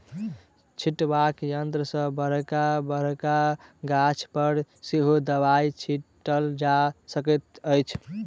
छिटबाक यंत्र सॅ बड़का बड़का गाछ पर सेहो दबाई छिटल जा सकैत अछि